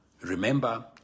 Remember